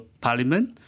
parliament